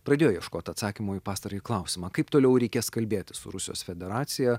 pradėjo ieškot atsakymo į pastarąjį klausimą kaip toliau reikės kalbėti su rusijos federacija